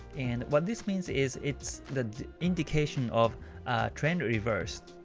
and what this means is it's the indication of a trend reverse.